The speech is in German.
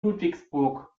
ludwigsburg